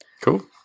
Cool